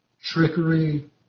trickery